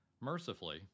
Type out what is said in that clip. Mercifully